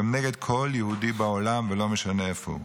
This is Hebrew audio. שהם נגד כל יהודי בעולם ולא משנה איפה הוא.